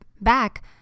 back